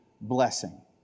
blessing